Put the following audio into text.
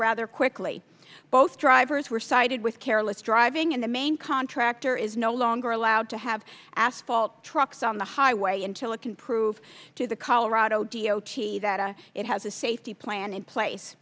rather quickly both drivers were cited with careless driving in the main contractor is no longer allowed to have asphalt trucks on the highway until it can prove to the colorado d o t that it has a safety plan in place